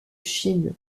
chine